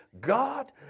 God